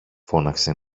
φώναξε